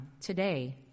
today